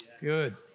Good